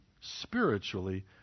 spiritually